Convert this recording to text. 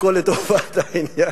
הכול לטובת העניין.